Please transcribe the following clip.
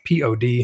pod